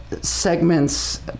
segments